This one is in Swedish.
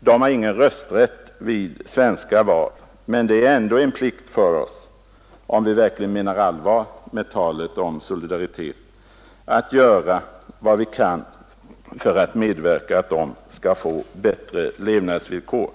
De har ingen rösträtt vid svenska val. Men det är ändå en plikt för oss, om vi verkligen menar allvar med talet om solidaritet, att göra vad vi kan för att medverka till att de får bättre levnadsvillkor.